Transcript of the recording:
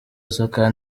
ubwa